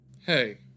Hey